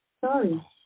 Sorry